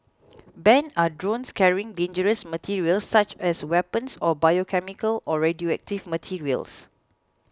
banned are drones carrying dangerous materials such as weapons or biochemical or radioactive materials